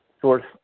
source